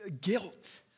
guilt